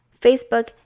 facebook